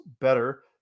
better